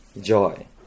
joy